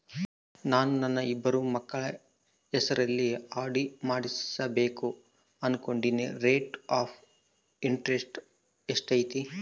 ನಾನು ನನ್ನ ಇಬ್ಬರು ಮಕ್ಕಳ ಹೆಸರಲ್ಲಿ ಆರ್.ಡಿ ಮಾಡಿಸಬೇಕು ಅನುಕೊಂಡಿನಿ ರೇಟ್ ಆಫ್ ಇಂಟರೆಸ್ಟ್ ಎಷ್ಟೈತಿ?